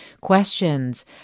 questions